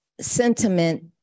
sentiment